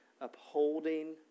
upholding